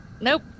Nope